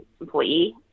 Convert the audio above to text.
employee